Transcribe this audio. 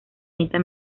nieta